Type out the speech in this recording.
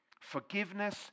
forgiveness